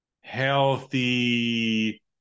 healthy